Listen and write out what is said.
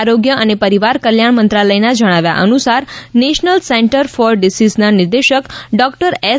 આરોગ્ય અને પરિવાર કલ્યાણ મંત્રાલયના જણાવ્યા અનુસાર નેશનલ સેન્ટર ફોર ડિસીઝના નિદેશક ડોકટર એસ